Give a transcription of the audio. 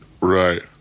Right